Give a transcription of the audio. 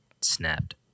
snapped